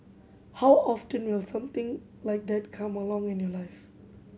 how often will something like that come along in your life